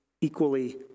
equally